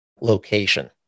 location